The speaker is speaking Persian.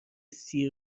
سیر